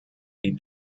die